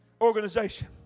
Organization